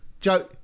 Joe